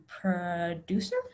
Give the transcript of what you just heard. producer